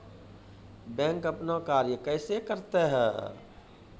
Bank अपन कार्य कैसे करते है?